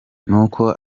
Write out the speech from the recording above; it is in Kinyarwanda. nuko